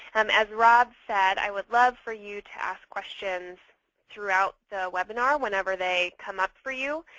um as rob said, i would love for you to ask questions throughout the webinar whenever they come up for you.